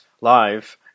Live